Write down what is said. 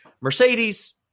Mercedes